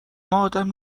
ادم